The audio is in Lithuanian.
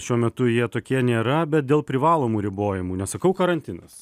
šiuo metu jie tokie nėra bet dėl privalomų ribojimų nesakau karantinas